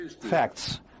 facts